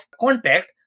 contact